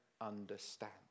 understand